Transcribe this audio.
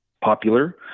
popular